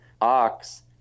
Ox